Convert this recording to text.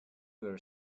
were